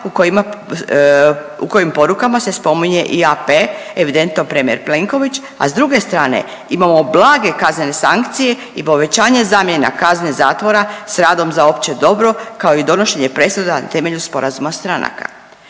u kojim porukama se spominje i AP evidentno premijer Plenković, a s druge strane imamo blage kaznene sankcije i povećanje zamjene kazne zatvora s radom za opće dobro kao i donošenje presuda na temelju sporazuma stranaka.